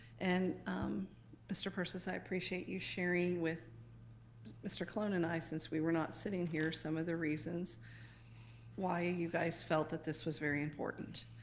and mr. persis, i appreciate you sharing with mr. colon and i since we were not sitting here, some of the reasons why and you guys felt that this was very important.